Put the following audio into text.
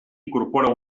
incorpora